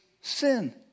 Sin